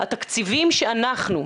התקציבים שאנחנו,